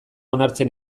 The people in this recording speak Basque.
onartzen